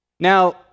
Now